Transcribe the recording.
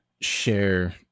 share